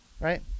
Right